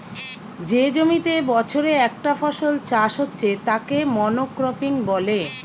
যে জমিতে বছরে একটা ফসল চাষ হচ্ছে তাকে মনোক্রপিং বলে